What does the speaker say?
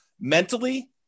mentally